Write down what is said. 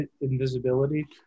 invisibility